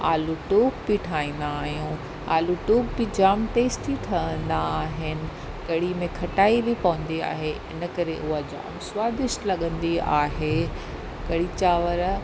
आलू टूक बि ठाहींदा आहियूं आलू टूक बि जाम टेस्टी ठहींदा आहिनि कढ़ी में खटाई बि पवंदी आहे इन करे उहा जाम स्वादिष्ट लॻंदी आहे कढ़ी चांवर